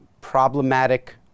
problematic